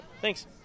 thanks